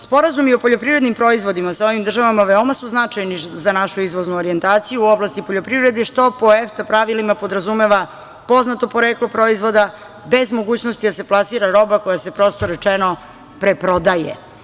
Sporazumi o poljoprivrednim proizvodima sa ovim državama veoma su značajni za našu izvoznu orijentaciju u oblasti poljoprivrede što po EFTA pravilima podrazumeva poznato poreklo proizvoda bez mogućnosti da se plasira roba koja se preprodaje.